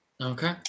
Okay